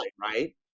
right